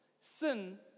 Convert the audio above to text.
Sin